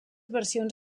versions